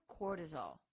cortisol